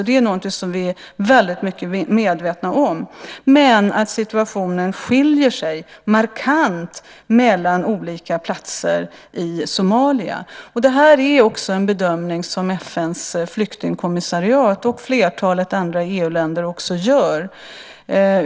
Det är något som vi är väldigt väl medvetna om, men situationen skiljer sig markant mellan olika platser i Somalia. Det här är också en bedömning som FN:s flyktingkommissariat och flertalet andra EU-länder gör.